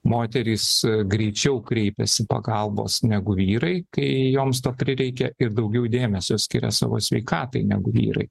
moterys greičiau kreipiasi pagalbos negu vyrai kai joms to prireikia ir daugiau dėmesio skiria savo sveikatai negu vyrai